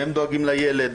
והם דואגים לילד,